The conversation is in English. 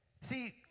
See